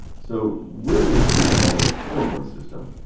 so, really, they should have called it a four voice system.